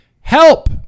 help